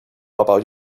about